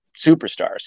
superstars